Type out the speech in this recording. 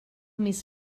més